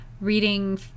reading